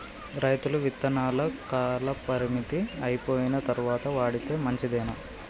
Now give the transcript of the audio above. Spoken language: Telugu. రైతులు విత్తనాల కాలపరిమితి అయిపోయిన తరువాత వాడితే మంచిదేనా?